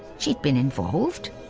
she'd been involved,